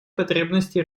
потребности